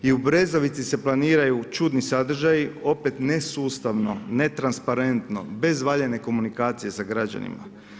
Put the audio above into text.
I u Brezovici se planiraju čudni sadržaji, opet ne sustavno, ne transparentno bez valjane komunikacije sa građanima.